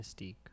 Mystique